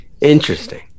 Interesting